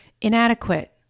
inadequate